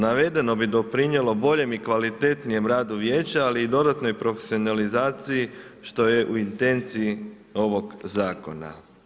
Navedeno bi doprinijelo boljem i kvalitetnijem radu vijeća, ali i dodatnoj profesionalizaciji što je u intenciji ovog zakona.